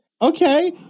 Okay